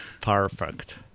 Perfect